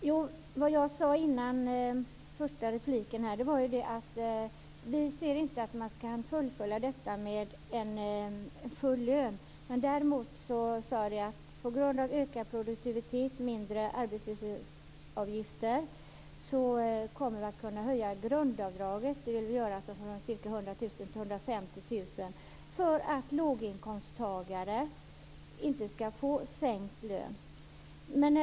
Herr talman! Jag sade före replikskiftet att vi inte finner att en arbetstidsförkortning kan fullföljas med full lön. Jag sade däremot att vi på grund av ökad produktivitet och minskade arbetslöshetsunderstöd kommer att kunna höja grundavdraget för inkomster från ca 100 000 kr till 150 000 kr för att låginkomsttagare inte skall få sänkt lön.